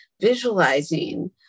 visualizing